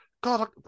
God